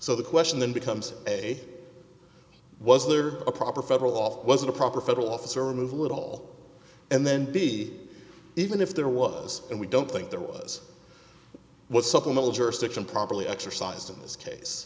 so the question then becomes a was there a proper federal law was it a proper federal officer removal at all and then be even if there was and we don't think there was what supplemental jurisdiction properly exercised in this case